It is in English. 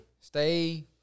Stay